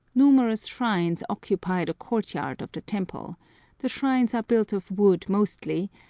numerous shrines occupy the court-yard of the temple the shrines are built of wood mostly,